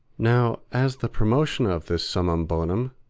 now, as the promotion of this summum bonum,